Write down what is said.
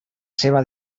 seva